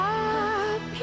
up